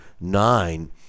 nine